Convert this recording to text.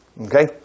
Okay